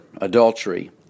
adultery